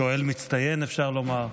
שואל מצטיין, אפשר לומר.